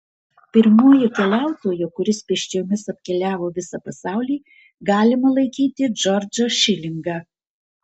pirmuoju keliautoju kuris pėsčiomis apkeliavo visą pasaulį galima laikyti džordžą šilingą